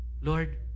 Lord